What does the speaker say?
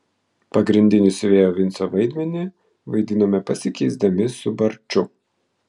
pagrindinį siuvėjo vinco vaidmenį vaidinome pasikeisdami su barču